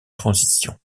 transition